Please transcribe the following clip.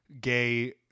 gay